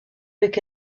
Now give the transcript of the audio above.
avec